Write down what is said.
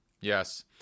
yes